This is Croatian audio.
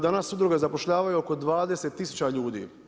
Danas udruge zapošljavaju oko 20000 ljudi.